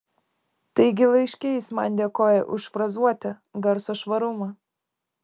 taigi laiške jis man dėkoja už frazuotę garso švarumą